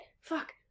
Fuck